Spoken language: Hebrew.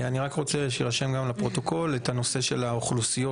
אני רוצה שיירשם בפרוטוקול הנושא של האוכלוסיות